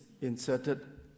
inserted